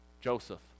Joseph